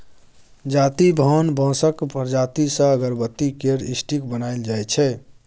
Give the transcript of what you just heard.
जाति भान बाँसक प्रजाति सँ अगरबत्ती केर स्टिक बनाएल जाइ छै